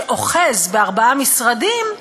שאוחז בארבעה משרדים,